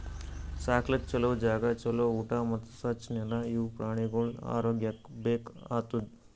ಸಾಕ್ಲುಕ್ ಛಲೋ ಜಾಗ, ಛಲೋ ಊಟಾ ಮತ್ತ್ ಸ್ವಚ್ ನೆಲ ಇವು ಪ್ರಾಣಿಗೊಳ್ದು ಆರೋಗ್ಯಕ್ಕ ಬೇಕ್ ಆತುದ್